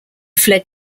fled